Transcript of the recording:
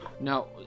No